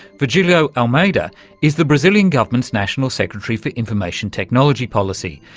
virgilio almeida is the brazilian government's national secretary for information technology policy,